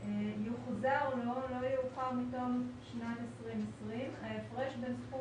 לוועדה - יוחזר לא יאוחר מתום שנת 2020 ההפרש בין סכום